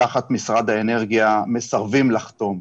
תחת משרד האנרגיה, מסרבים לחתום.